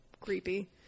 creepy